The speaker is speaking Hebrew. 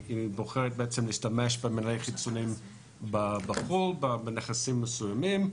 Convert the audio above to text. היא בוחרת להשתמש במלאי --- בחו"ל בנכסים מסוימים,